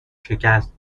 شکست